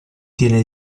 tiene